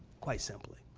quite simply.